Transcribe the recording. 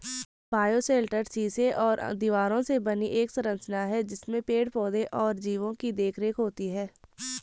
bioshelter शीशे और दीवारों से बनी एक संरचना है जिसमें पेड़ पौधे और जीवो की देखरेख होती है